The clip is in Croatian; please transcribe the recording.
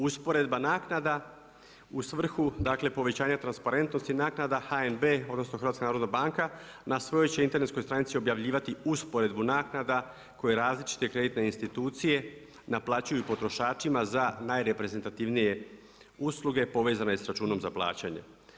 Usporedba naknada u svrhu, dakle povećanja transparentnosti naknada HNB odnosno Hrvatska narodna banka na svojoj će internetskoj stranici objavljivati usporedbu naknadu koje različite kreditne institucije naplaćuju potrošačima za najreprezentativnije usluge povezane sa računom za plaćanje.